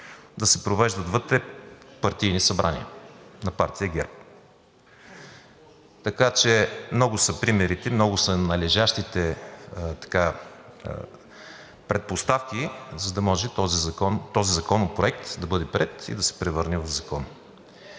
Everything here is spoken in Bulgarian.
да се провеждат вътре партийни събрания на партия ГЕРБ. Така че много са примерите, много са належащите предпоставки, за да може този законопроект да бъде приет и да се превърне в закон.